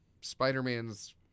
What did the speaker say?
Spider-Man's